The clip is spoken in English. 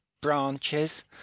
branches